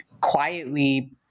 quietly